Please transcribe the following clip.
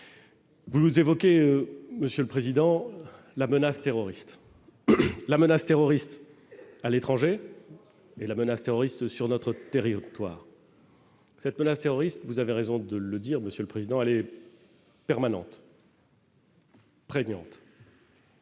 Vous évoquez Monsieur le Président, la menace terroriste, la menace terroriste à l'étranger et la menace terroriste sur notre territoire. Cette menace terroriste, vous avez raison de le dire, Monsieur le Président allez-permanente. Et